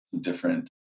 different